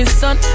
sun